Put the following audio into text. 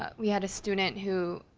ah we had a student who